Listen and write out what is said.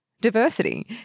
diversity